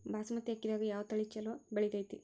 ಬಾಸುಮತಿ ಅಕ್ಕಿದಾಗ ಯಾವ ತಳಿ ಛಲೋ ಬೆಳಿತೈತಿ?